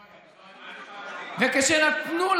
וכשנתנו,